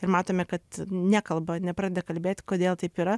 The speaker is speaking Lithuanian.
ir matome kad nekalba nepradeda kalbėt kodėl taip yra